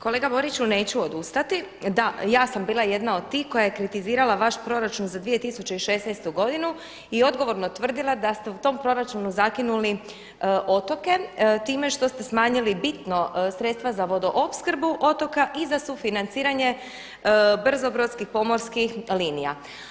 Kolega Boriću neću odustati, da ja sam bila jedna od tih koja je kritizirala vaš proračun za 2016. godinu i odgovorno tvrdima da ste u tom proračunu zakinuli otoke time što ste smanjili bitno sredstva za vodoopskrbu otoka i za sufinanciranje brzobrodskih pomorskih linija.